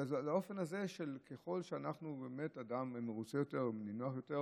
לאופן הזה שככל שאדם מרוצה יותר ונינוח יותר